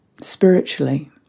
spiritually